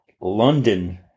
London